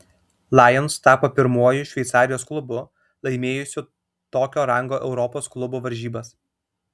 lions tapo pirmuoju šveicarijos klubu laimėjusiu tokio rango europos klubų varžybas